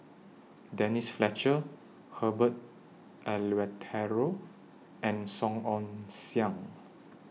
Denise Fletcher Herbert Eleuterio and Song Ong Siang